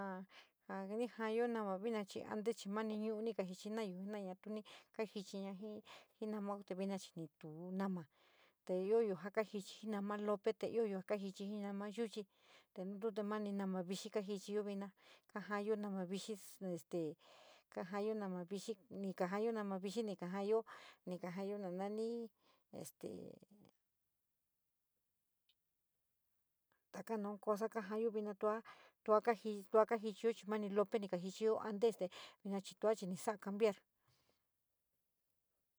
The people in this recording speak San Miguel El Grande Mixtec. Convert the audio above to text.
Ja ní jaayo nama vina chí antes maní nu´u ní jíchí nayo jena´aña tú ní kajichin ji namou te vinayé chí, nu namu te lope ja kajichí firmane lope te yuyo chí. Sí nama yochí te rí tú maní nomí vixi kajichiyo vina ka atyo nama vixi este kajeyo nama vixi, ni kajeyo nama vixi, níkaayo níkaayo ní te raro teka nou cosa kajeyo vina loo, tú kají, tú kajichiyo nama lope te ní kajichiyo antes te tua chíí ní sa´a cambiar.